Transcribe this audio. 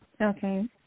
Okay